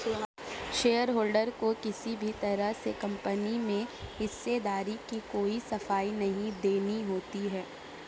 shareholder को किसी भी तरह से कम्पनी में हिस्सेदारी की कोई सफाई नहीं देनी होती है